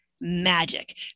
magic